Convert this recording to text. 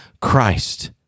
Christ